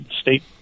State